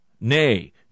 nay